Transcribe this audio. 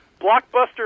Blockbuster